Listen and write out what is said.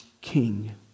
king